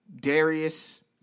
Darius